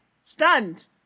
Stunned